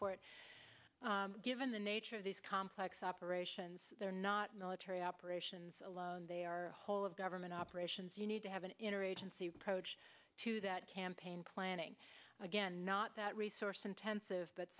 for it given the nature of these complex operations they're not military operations alone they are whole of government operations you need to have an interagency reproach to that campaign planning again not that resource intensive but